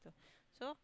so